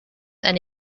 and